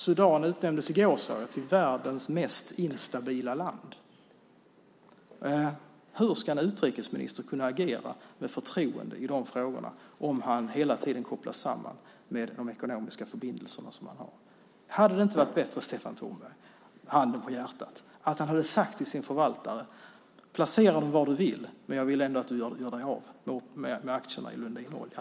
Sudan utnämndes i går till världens mest instabila land. Hur ska en utrikesminister kunna agera med bibehållet förtroende i de frågorna om han hela tiden kopplas samman med de ekonomiska förbindelser han har? Handen på hjärtat, Stefan Tornberg, hade det inte varit bättre att han hade sagt till sin förvaltare att placera var som helst men göra sig av med aktierna i Lundin Oil?